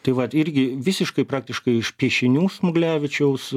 tai vat irgi visiškai praktiškai iš piešinių smuglevičiaus